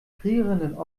frierenden